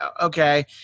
okay